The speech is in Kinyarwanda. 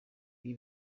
ibi